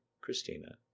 Christina